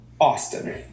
Austin